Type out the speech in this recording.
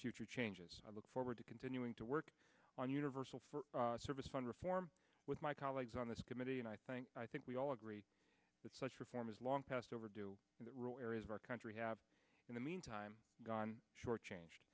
future changes i look forward to continuing to work on universal service fund reform with my colleagues on this committee and i think i think we all agree that such reform is long past overdue and the rural areas of our country have in the meantime gone shortchanged